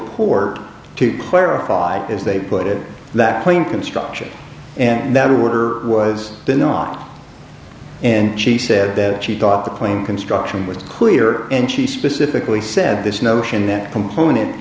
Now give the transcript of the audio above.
poor to clarify as they put it that point construction and that order was not and she said that she thought the plane construction was clear and she specifically said this notion that component